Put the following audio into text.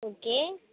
okay